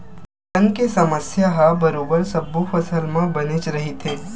बन के समस्या ह बरोबर सब्बो फसल म बनेच रहिथे